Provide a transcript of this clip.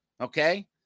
okay